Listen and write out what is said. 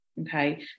Okay